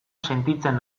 sentitzen